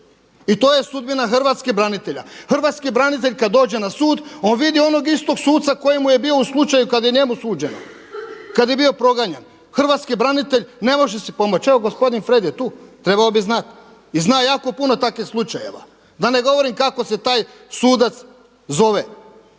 i to je sudbina hrvatskih branitelja. Hrvatski branitelj kada dođe na sud on vidi onog istog suca koji mu je bio u slučaju kada je njemu suđeno, kada je bio proganjan. Hrvatski branitelj ne može si pomoći. Evo gospodin Fred je tu trebao bi znati i zna jako puno takvih slučajeva, da ne govorim kako se taj sudac zove.